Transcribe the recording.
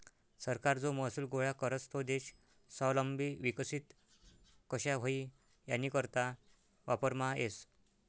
सरकार जो महसूल गोया करस तो देश स्वावलंबी विकसित कशा व्हई यानीकरता वापरमा येस